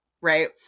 right